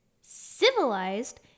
Civilized